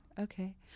Okay